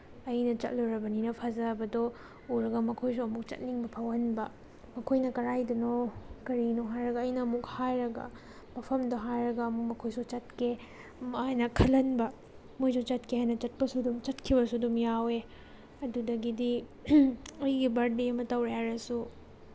ꯑꯩꯅ ꯆꯠꯂꯨꯔꯕꯅꯤꯅ ꯐꯖꯕꯗꯣ ꯎꯔꯒ ꯃꯈꯣꯏꯁꯨ ꯑꯃꯨꯛ ꯆꯠꯅꯤꯡꯕ ꯐꯥꯎꯍꯟꯕ ꯃꯈꯣꯏꯅ ꯀꯗꯥꯏꯗꯅꯣ ꯀꯔꯤꯅꯣ ꯍꯥꯏꯔꯒ ꯑꯩꯅ ꯑꯃꯨꯛ ꯍꯥꯏꯔꯒ ꯃꯐꯝꯗꯣ ꯍꯥꯏꯔꯒ ꯑꯃꯨꯛ ꯃꯈꯣꯏꯁꯨ ꯆꯠꯀꯦ ꯍꯥꯏꯅ ꯈꯜꯍꯟꯕ ꯃꯣꯏꯁꯨ ꯆꯠꯀꯦ ꯍꯥꯏꯅ ꯆꯠꯄꯁꯨ ꯑꯗꯨꯝ ꯆꯠꯈꯤꯕꯁꯨ ꯑꯗꯨꯝ ꯌꯥꯎꯏ ꯑꯗꯨꯗꯒꯤꯗꯤ ꯑꯩꯒꯤ ꯕꯔꯗꯦ ꯑꯃ ꯇꯧꯔꯦ ꯍꯥꯏꯔꯁꯨ